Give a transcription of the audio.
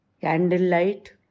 candlelight